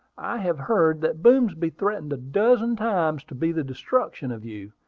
i have heard that boomsby threatened a dozen times to be the destruction of you.